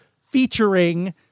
featuring